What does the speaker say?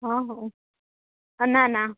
હં હં હં ના ના